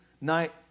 night